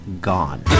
Gone